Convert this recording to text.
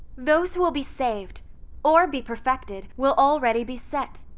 those who will be saved or be perfected will already be set.